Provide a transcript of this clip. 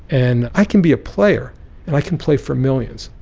and i can be a player and i can play for millions?